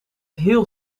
heel